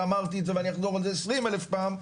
ואמרתי את זה ואני אחזור על זה עשרים אלף פעם,